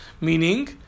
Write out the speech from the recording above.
meaning